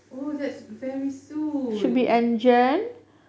oh that's very soon